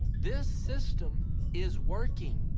this system is working.